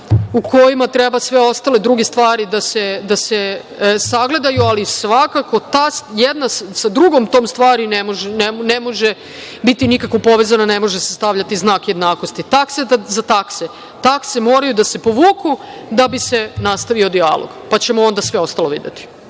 u kojima treba sve ostale druge stvari da se sagledaju. Ali, svakako ta jedna sa drugom tom stvari ne može biti nikako povezana, ne može se stavljati znak jednakosti. Taksa za takse. Taksa moraju da se povuku da bi se nastavio dijalog, pa ćemo onda sve ostalo videti. Hvala.